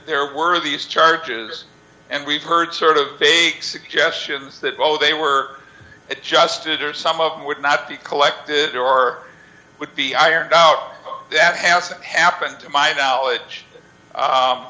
there were these charges and we've heard sort of big suggestions that oh they were it just it or some of them would not be collected or would be ironed out that hasn't happened to my knowledge